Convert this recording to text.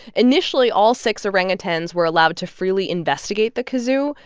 initially, all six orangutans were allowed to freely investigate the kazoo,